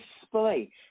display